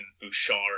Bouchard